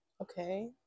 Okay